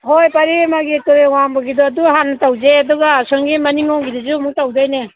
ꯍꯣꯏ ꯄꯔꯤ ꯑꯃꯒꯤ ꯇꯨꯔꯦꯜ ꯋꯥꯡꯃꯒꯤꯗꯣ ꯑꯗꯨ ꯍꯥꯟꯅ ꯇꯧꯁꯦ ꯑꯗꯨꯒ ꯑꯁꯣꯝꯒꯤ ꯃꯅꯤꯡꯉꯣꯝꯒꯤꯗꯨꯁꯨ ꯑꯃꯨꯛ ꯇꯧꯒꯗꯣꯏꯅꯦ